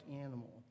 animal